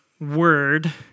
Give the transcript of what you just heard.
word